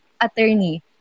Attorney